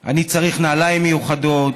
אני צריך נעליים מיוחדות,